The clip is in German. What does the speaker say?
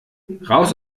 raus